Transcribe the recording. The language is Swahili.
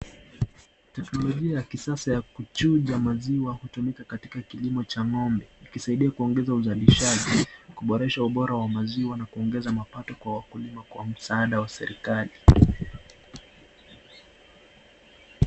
Teknolojia ya kisasa ya kuchuja maziwa kutumika katika kilimo cha ngombe husaidia kuongeza uszalishaji kuboresha ubora wa maziwa na kuongeza mapato kwa wakulima na sana kwa serikalii.